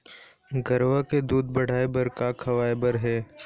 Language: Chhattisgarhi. गरवा के दूध बढ़ाये बर का खवाए बर हे?